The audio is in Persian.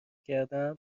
کردم